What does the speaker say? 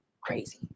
crazy